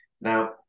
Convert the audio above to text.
Now